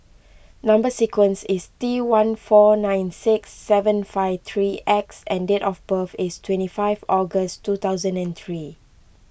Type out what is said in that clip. Number Sequence is T one four nine six seven five three X and date of birth is twenty five August two thousand and three